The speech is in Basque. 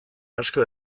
asko